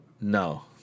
No